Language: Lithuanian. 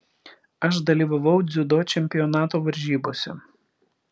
aš dalyvavau dziudo čempionato varžybose